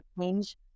change